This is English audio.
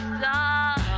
stop